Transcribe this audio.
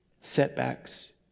Setbacks